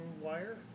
wire